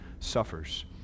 Suffers